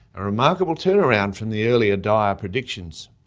a remarkable turnaround from the earlier dire predictions.